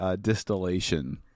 distillation